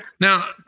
now